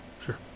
Sure